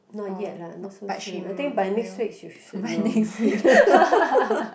not yet lah not so soon I think by next week she should know